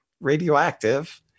Radioactive